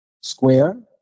square